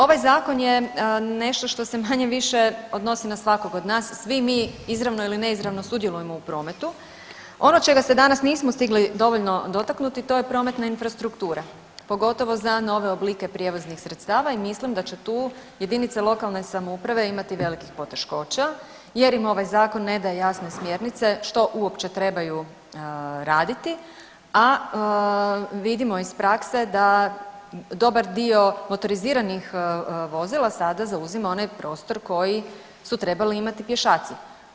Ovaj zakon je nešto što se manje-više odnosi na svakog od nas, svi mi izravno ili ne izravno sudjelujemo u prometu, ono čega se danas nismo stigli dovoljno dotaknuti to je prometna infrastruktura pogotovo za nove oblike prijevoznih sredstava i mislim da će tu jedinice lokalne samouprave imati velikih poteškoća jer im ovaj zakon ne daje jasne smjernice što uopće trebaju raditi, a vidimo iz prakse da dobar dio motoriziranih vozila sada zauzima onaj prostor koji su trebali imati pješaci.